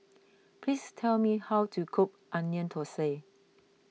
please tell me how to cook Onion Thosai